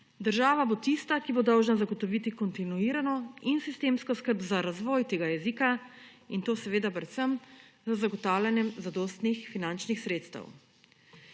Država bo tista, ki bo dolžna zagotoviti kontinuirano in sistemsko skrb za razvoj tega jezika in to seveda predvsem z zagotavljanjem zadostnih finančnih sredstev.